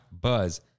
Buzz